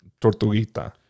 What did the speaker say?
Tortuguita